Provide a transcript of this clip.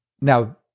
Now